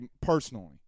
personally